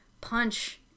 punch